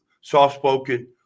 soft-spoken